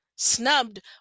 snubbed